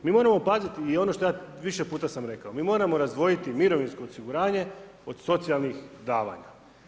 Mi moramo paziti i ono što ja više puta sam rekao, mi moramo razdvojiti mirovinsko osiguranje od socijalnih davanja.